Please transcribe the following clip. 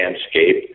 landscape